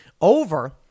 over